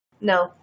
No